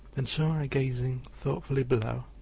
then saw i gazing thoughtfully below,